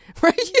Right